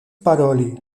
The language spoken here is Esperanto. paroli